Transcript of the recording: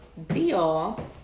Deal